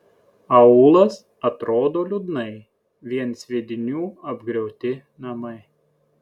aūlas atrodo liūdnai vien sviedinių apgriauti namai